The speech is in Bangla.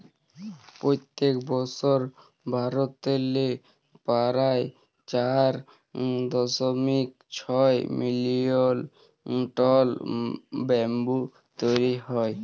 পইত্তেক বসর ভারতেল্লে পারায় চার দশমিক ছয় মিলিয়ল টল ব্যাম্বু তৈরি হ্যয়